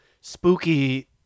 spooky